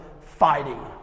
fighting